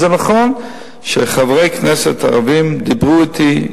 נכון שחברי כנסת ערבים דיברו אתי,